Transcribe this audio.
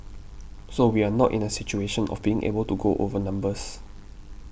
so we are not in a situation of being able to go over numbers